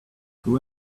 who